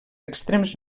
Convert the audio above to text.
extrems